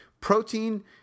Protein